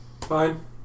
fine